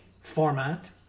format